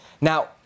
Now